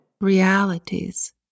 realities